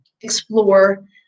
explore